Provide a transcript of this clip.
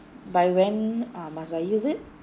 by when uh must I use it